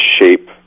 shape